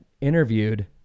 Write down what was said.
interviewed